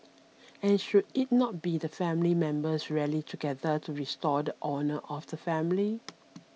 and should it not be that family members rally together to restore the honour of the family